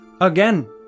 Again